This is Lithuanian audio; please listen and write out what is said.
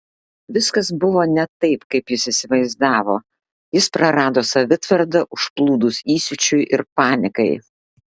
viskas buvo ne taip kaip jis įsivaizdavo jis prarado savitvardą užplūdus įsiūčiui ir panikai